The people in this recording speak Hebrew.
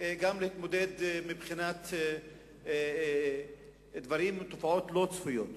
גם להתמודד מבחינת תופעות לא צפויות.